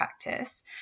practice